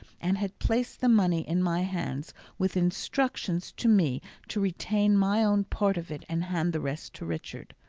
and had placed the money in my hands with instructions to me to retain my own part of it and hand the rest to richard.